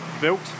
built